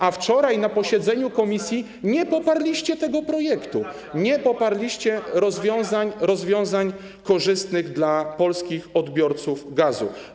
a wczoraj na posiedzeniu komisji nie poparliście tego projektu, nie poparliście rozwiązań korzystnych dla polskich odbiorców gazu.